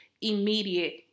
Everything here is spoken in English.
immediate